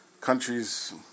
countries